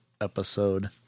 episode